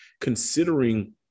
considering